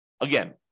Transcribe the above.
Again